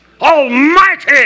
almighty